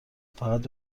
فقط